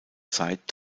zeit